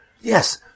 Yes